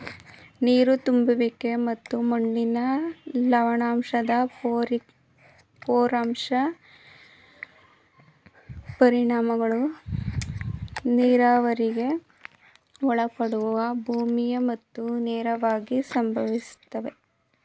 ನೀರು ತುಂಬುವಿಕೆ ಮತ್ತು ಮಣ್ಣಿನ ಲವಣಾಂಶದ ಪರೋಕ್ಷ ಪರಿಣಾಮಗಳು ನೀರಾವರಿಗೆ ಒಳಪಡುವ ಭೂಮಿಯ ಮೇಲೆ ನೇರವಾಗಿ ಸಂಭವಿಸ್ತವೆ